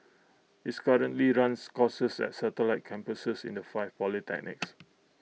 its currently runs courses at satellite campuses in the five polytechnics